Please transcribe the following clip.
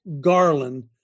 Garland